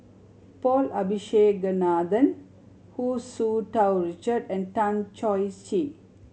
Paul Abisheganaden Hu Tsu Tau Richard and Tan Choh Tee